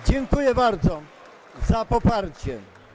Dziękuję bardzo za poparcie.